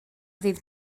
ddydd